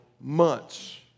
months